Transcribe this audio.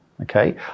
Okay